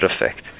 effect